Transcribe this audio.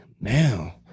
Now